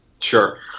Sure